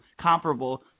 comparable